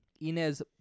Inez